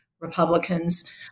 Republicans